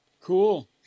Cool